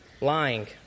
lying